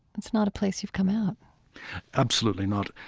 that's not a place you've come out absolutely not.